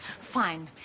Fine